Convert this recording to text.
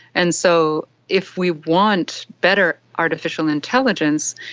and so if we want better artificial intelligence,